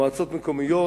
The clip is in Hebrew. מועצות מקומיות